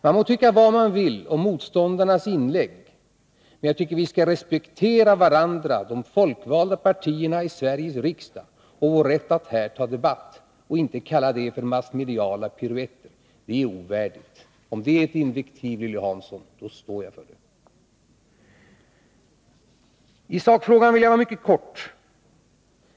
Man må tycka vad man vill om motståndarnas inlägg, men jag tycker att vi skall respektera varandra i de folkvalda partierna i Sveriges riksdag och vår rätt att här ta debatt. Att kalla det massmediala piruetter är ovärdigt — om det är ett invektiv, Lilly Hansson, då står jag för det. I sakfrågan vill jag fatta mig mycket kort.